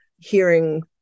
hearing